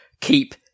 keep